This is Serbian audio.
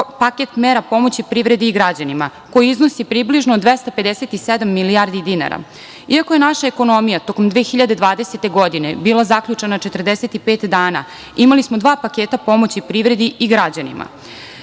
paket mera pomoći privredi i građanima koji iznosi približno 257 milijardi dinara. I, ako je naša ekonomija tokom 2020. godine bila zaključana 45 dana imali smo dva paketa pomoći privredi i građanima.